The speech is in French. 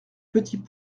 petits